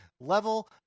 level